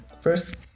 first